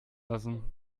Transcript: lassen